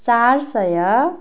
चार सय